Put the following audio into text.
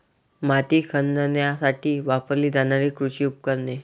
माती खणण्यासाठी वापरली जाणारी कृषी उपकरणे